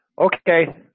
Okay